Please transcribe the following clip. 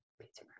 Pizza